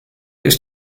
ist